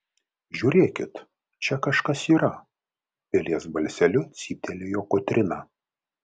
žiūrėkit čia kažkas yra pelės balseliu cyptelėjo kotryna